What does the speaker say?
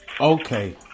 Okay